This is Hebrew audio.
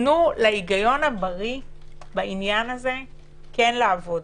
תנו להיגיון הבריא בעניין הזה לעבוד.